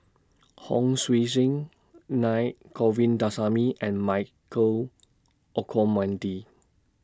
Hon Sui Sen Naa Govindasamy and Michael Olcomendy